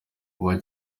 kuba